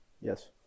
yes